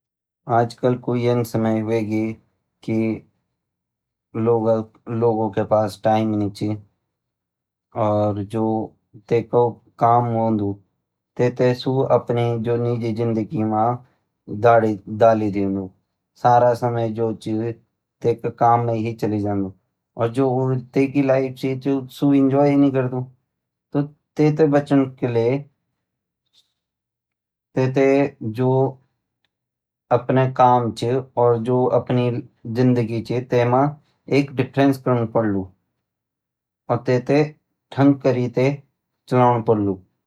आजकल कु यन समय होएगी कि लोगों के पास टाइम नी छ और जु तै को काम होंदु तै थैं सु अपणी जु निजी जिन्दगी मा ढाली देंदु सारा समय जु छ तै का काम मा ही चले जोंदु और जु तै की लाइफ छ सु इंजोय ही नी करदु तै थैं बचणु किले तै थैं जु अपणा काम छ और जु अपणी जिंदगी छ तै मा एक डिफ्रेंस करनु पडलु और तै थैं ढंग करी तैं चलोणु पडलु।